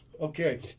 okay